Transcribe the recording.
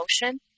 emotion